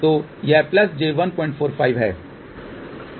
तो यह j145 है